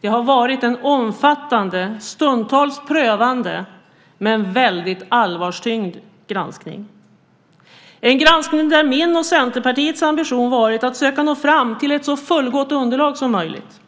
Det har varit en omfattande, stundtals prövande men väldigt allvarstyngd granskning, en granskning där min och Centerpartiets ambition varit att söka nå fram till ett så fullgott underlag som möjligt,